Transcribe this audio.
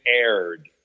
aired